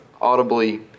audibly